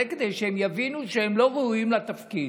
כדי שהם יבינו שהם לא ראויים לתפקיד?